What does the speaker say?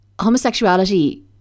homosexuality